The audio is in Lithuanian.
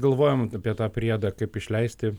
galvojom apie tą priedą kaip išleisti